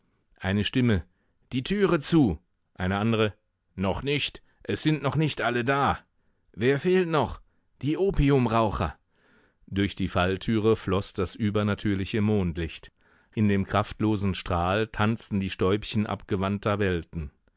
eine stimme die türe zu eine andere noch nicht es sind noch nicht alle da wer fehlt noch die opiumraucher durch die falltüre floß das übernatürliche mondlicht in dem kraftlosen strahl tanzten die stäubchen abgewandter welten